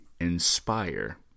inspire